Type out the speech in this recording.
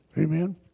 Amen